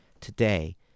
today